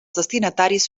destinataris